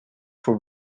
voor